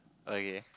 okay